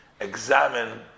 examine